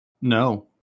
No